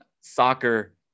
soccer